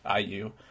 iu